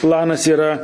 planas yra